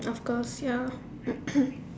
of course ya of course